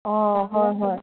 অঁ হয় হয়